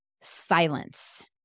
Silence